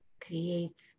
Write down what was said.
creates